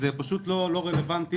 זה פשוט לא רלוונטי.